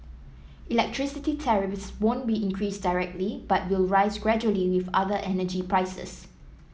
electricity tariffs won't be increased directly but will rise gradually with other energy prices